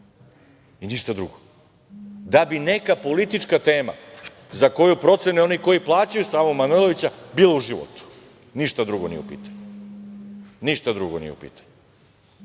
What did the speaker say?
i ništa drugo, da bi neka politička tema za koju procene oni koji plaćaju Savu Manojlovića bila u životu. Ništa drugo nije u pitanju. Samo to.